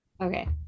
Okay